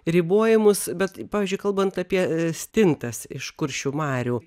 ribojimus bet pavyzdžiui kalbant apie stintas iš kuršių marių